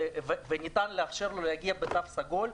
וניתן לאפשר לו להגיע בתו סגול,